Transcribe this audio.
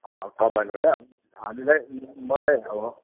अँ कम्बाइन्ड गर हामीलाई मलाई अब